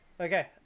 Okay